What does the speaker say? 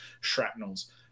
shrapnels